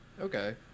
Okay